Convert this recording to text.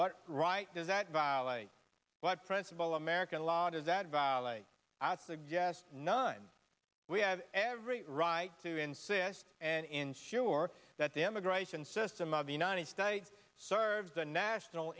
but right does that violate what principle american law does that violate as the guest nine we have every right to insist and ensure that the immigration system of the united states serves the national